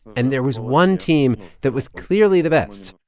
and there was one team that was clearly the best,